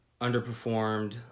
Underperformed